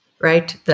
right